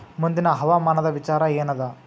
ಮುಂದಿನ ಹವಾಮಾನದ ವಿಚಾರ ಏನದ?